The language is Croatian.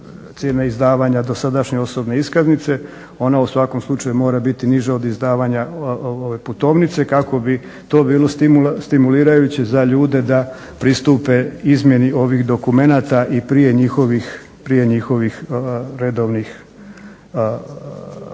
cijene izdavanja dosadašnje osobne iskaznice. Ona u svakom slučaju mora biti niža od izdavanja putovnice kako bi to bilo stimulirajuće za ljude da pristupe izmjeni ovih dokumenata i prije njihovih redovnih važećih